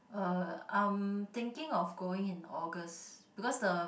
uh I'm thinking of going in August because the